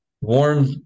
warm